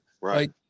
Right